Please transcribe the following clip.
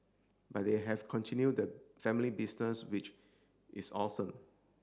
but they've continued the family business which is awesome